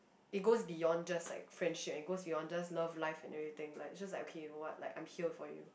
it goes beyond just like friendship and it goes beyond just love life and everything it's just like okay you know what like I'm here for you